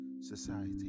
society